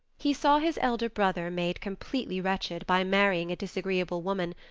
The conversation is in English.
he saw his elder brother made completely wretched by marrying a disagreeable woman,